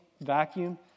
vacuum